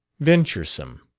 venturesome.